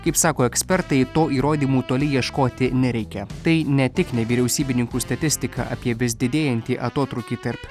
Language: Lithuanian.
kaip sako ekspertai to įrodymų toli ieškoti nereikia tai ne tik nevyriausybininkų statistika apie vis didėjantį atotrūkį tarp